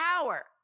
power